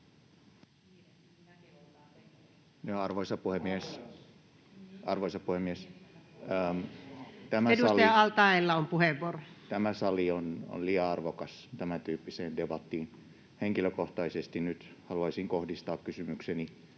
Arvoisa puhemies! Tämä sali on liian arvokas tämäntyyppiseen debattiin. Henkilökohtaisesti haluaisin nyt kohdistaa kysymykseni